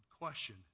question